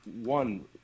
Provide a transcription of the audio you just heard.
one